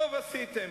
טוב עשיתם.